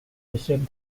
resumed